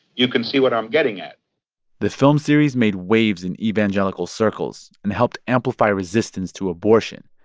you can see what i'm getting at the film series made waves in evangelical circles and helped amplify resistance to abortion.